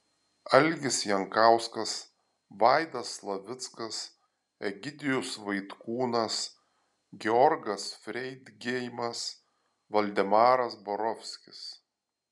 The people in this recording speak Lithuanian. algis jankauskas vaidas slavickas egidijus vaitkūnas georgas freidgeimas valdemaras borovskis